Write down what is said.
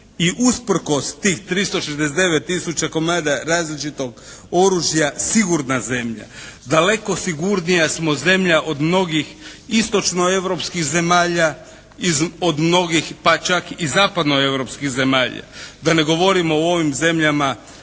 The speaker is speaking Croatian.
i usprkos tih 369000 komada različitog oružja sigurna zemlja. Daleko sigurnija smo zemlja od mnogih istočnoeuropskih zemalja, od mnogih pa čak i zapadnoeuropskih zemalja, da ne govorimo o ovim zemljama